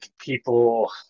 people